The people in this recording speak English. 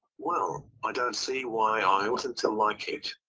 well i don't see why i oughtn't to like it.